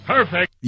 Perfect